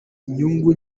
inyungu